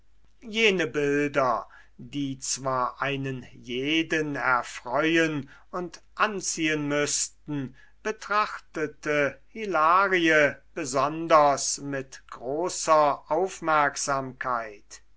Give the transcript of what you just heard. jene bilder die zwar einen jeden erfreuen und anziehen müßten betrachtete hilarie besonders mit großer aufmerksamkeit